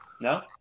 No